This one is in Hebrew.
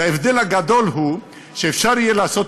וההבדל הגדול הוא שאפשר יהיה לעשות